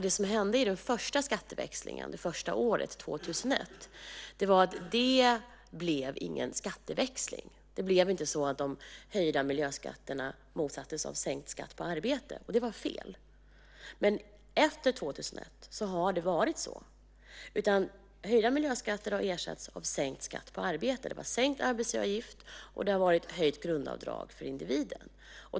Det som hände i den första skatteväxlingen det första året, 2001, var att det inte blev någon skatteväxling. Det blev inte så att de höjda miljöskatterna motsvarades av sänkt skatt på arbete, och det var fel. Men efter 2001 har det varit så. Höjda miljöskatter har ersatts med sänkt skatt på arbete. Det har varit sänkt arbetsgivaravgift och höjt grundavdrag för individen.